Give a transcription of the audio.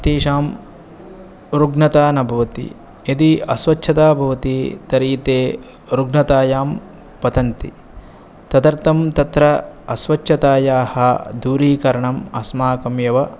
तेषां रुग्णता न भवति यदि अस्वच्छता भवति तर्हि ते रुग्णतायां पतन्ति तदर्थं तत्र अस्वच्छतायाः दूरीकरणम् अस्माकमेव